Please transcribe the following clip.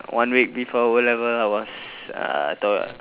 one week before O-level I was uh t~